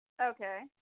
Okay